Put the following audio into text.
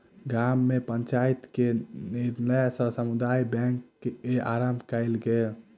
गाम में पंचायत के निर्णय सॅ समुदाय बैंक के आरम्भ कयल गेल